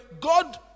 God